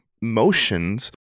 motions